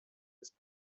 ist